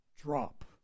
drop